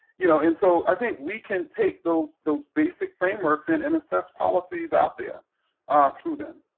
you know, and so i think we can take those those basic frameworks and and assess policies out there ah through them.